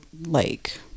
lake